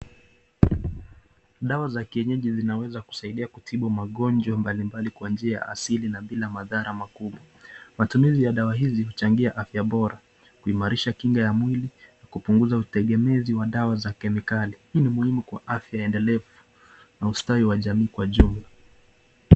Dawa za kienyeji zinaweza kusaidia kutibu magonjwa mbali mbali Kwa njia ya asili Na bila madhara makubwa , matumizi ya dawa hizi huchangia afya bora, kuimarisha kinga ya mwili, kupunguza utegemezi Wa Dawa za kemikali, hii Ni muhimu Kwa afya endelevu na ustawi Wa jamii Kwa jumla.